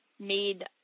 made